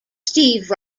steve